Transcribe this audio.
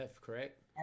correct